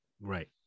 Right